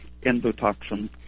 endotoxin